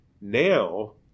Now